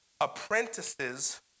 apprentices